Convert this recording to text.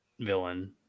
villain